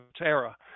era